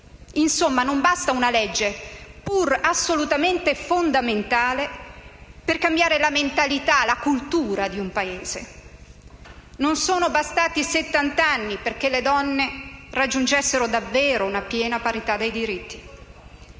Non basta una legge, pur assolutamente fondamentale, per cambiare la mentalità e la cultura di un Paese. Non sono bastati settant'anni perché le donne raggiungessero davvero una piena parità dei diritti.